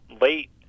late